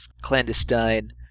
clandestine